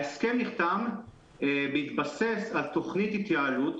ההסכם נחתם בהתבסס על תוכנית התייעלות